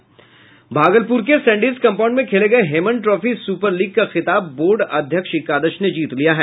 भागलपुर के Sandis compound में खेले गये हेमन ट्राफी सुपर लीग का खिताब बोर्ड अध्यक्ष एकादश ने जीत लिया है